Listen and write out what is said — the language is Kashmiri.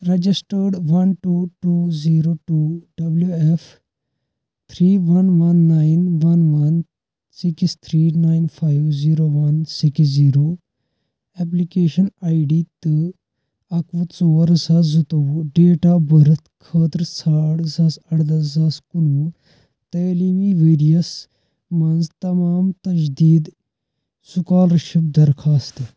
registered one two two zero two W F three one one nine one one six three nine five zero one six zero application I D تہٕ اَکہٕ وُہ ژور زٕ ساس زٕتووُہ ڈیٹ آف بٔرٕتھ خٲطرٕ ژھانٛڈ زٕ ساس اَرداہ زٕ ساس کُنہٕ وُہ تعلیٖمی ؤرِیَس منٛز تَمام تَجدیٖد شٕکالَرشِپ دَرخواستہٕ